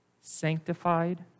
sanctified